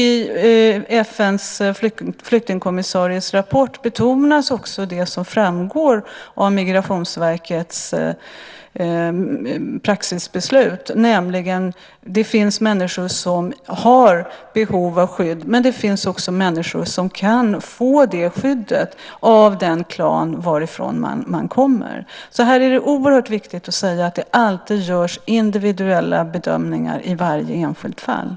I FN:s flyktingkommissaries rapport betonas också det som framgår av Migrationsverkets praxisbeslut, nämligen att det finns människor som har behov av skydd men att det också finns människor som kan få det skyddet av den klan varifrån man kommer. Det är alltså här oerhört viktigt att säga att det alltid görs individuella bedömningar i varje enskilt fall.